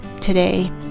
today